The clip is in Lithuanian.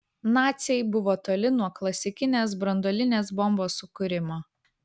naciai buvo toli nuo klasikinės branduolinės bombos sukūrimo